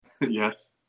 Yes